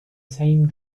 same